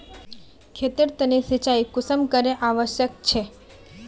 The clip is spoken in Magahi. खेतेर तने सिंचाई कुंसम करे आवश्यक छै?